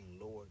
Lord